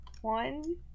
One